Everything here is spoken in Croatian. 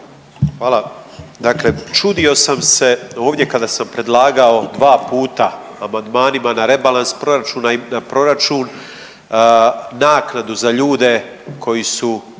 Hvala. Dakle čudio sam se ovdje kada sam predlagao 2 puta amandmanima na rebalans proračuna i na proračun naknadu za ljude koji su 3.